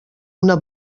una